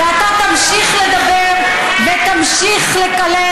ואתה תמשיך לדבר ותמשיך לקלל,